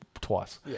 twice